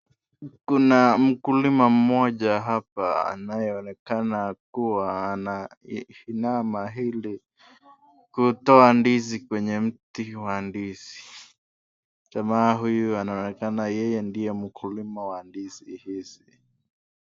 Kuna mkulima mmoja hapa anayeonekana kuwa anavuna mahindi, kutoa ndizi kwenye mti wa ndizi. Jamaa huyu anaonekana yeye ndiye mkulima wa ndizi hizi.